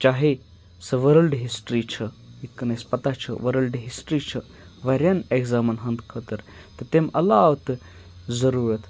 چاہے سُہ world history چھِ یِتھ کٔنۍ أسۍ پَتہ چھِ ورلڈ ہِسٹری چھِ واریاہَن ایٚگزامَن ہٕنٛدۍ خٲطٕر تہٕ تمہِ علاوٕ تہِ ضروٗرت